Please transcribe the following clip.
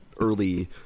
early